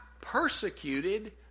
persecuted